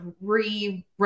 re